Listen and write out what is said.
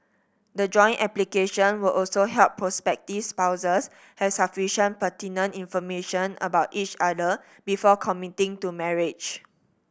the joint application will also help prospective spouses have sufficient pertinent information about each other before committing to marriage